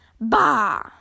Bah